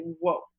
whoa